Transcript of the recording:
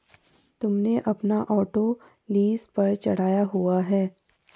तुमने अपना auto lease पर चढ़ाया हुआ है?